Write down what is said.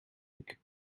week